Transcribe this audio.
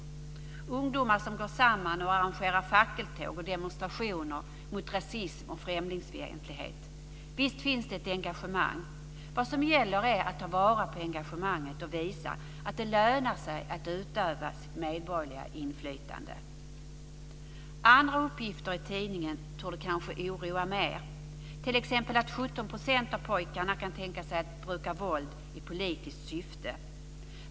Det är ungdomar som går samman och arrangerar fackeltåg och demonstrationer mot rasism och främlingsfientlighet. Visst finns det ett engagemang. Vad som gäller är att ta vara på engagemanget och visa att det lönar sig att utöva sitt medborgerliga inflytande. Andra uppgifter i tidningen torde kanske oroa mer, t.ex. att 17 % av pojkarna kan tänka sig att bruka våld i politiskt syfte.